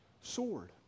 sword